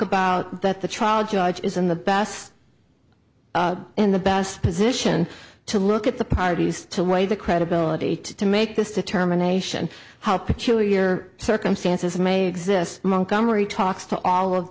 about that the trial judge is in the best in the best position to look at the parties to weigh the credibility to make this determination how peculiar circumstances may exist among gun where he talks to all of